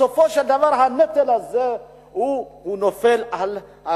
בסופו של דבר הנטל הזה נופל בעיקר,